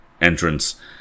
entrance